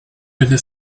with